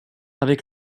avec